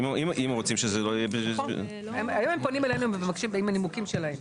אם הם פונים אלינו ומבקשים עם הנימוקים שלהם.